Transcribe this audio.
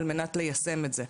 על מנת ליישם את זה.